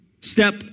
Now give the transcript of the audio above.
step